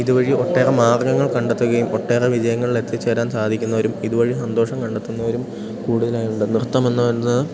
ഇതു വഴി ഒട്ടേറെ മാർഗ്ഗങ്ങൾ കണ്ടെത്തുകയും ഒട്ടേറെ വിജയങ്ങളിലെത്തിച്ചേരാൻ സാധിക്കുന്നവരും ഇതു വഴി സന്തോഷം കണ്ടെത്തുന്നവരും കൂടുതലായുണ്ട് നൃത്തമെന്നാലെന്താ